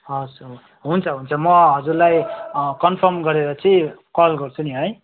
हवस् हुन्छ हुन्छ म हजुरलाई कन्फर्म गरेर चाहिँ कल गर्छु नि है